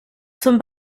zum